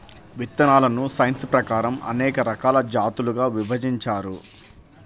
విత్తనాలను సైన్స్ ప్రకారం అనేక రకాల జాతులుగా విభజించారు